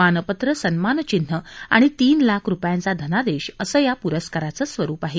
मानपत्र सन्मानचिन्ह आणि तीन लाख रुपयांचा धनादेश असं या प्रस्काराचं स्वरूप आहे